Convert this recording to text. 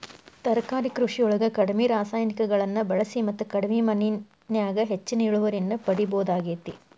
ತರಕಾರಿ ಕೃಷಿಯೊಳಗ ಕಡಿಮಿ ರಾಸಾಯನಿಕಗಳನ್ನ ಬಳಿಸಿ ಮತ್ತ ಕಡಿಮಿ ಮಣ್ಣಿನ್ಯಾಗ ಹೆಚ್ಚಿನ ಇಳುವರಿಯನ್ನ ಪಡಿಬೋದಾಗೇತಿ